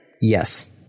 Yes